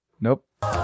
Nope